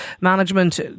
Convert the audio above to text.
management